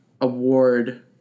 award